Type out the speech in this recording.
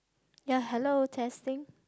ya hello testing